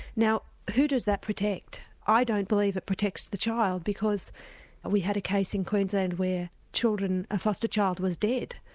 now who does that protect? i don't believe it protects the child, because we had a case in queensland where children, a foster-child, was dead.